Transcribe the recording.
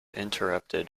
interrupted